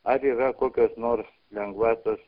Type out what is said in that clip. ar yra kokios nors lengvatos